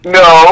no